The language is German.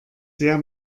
sehr